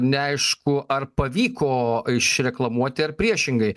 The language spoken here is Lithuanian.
neaišku ar pavyko išreklamuoti ar priešingai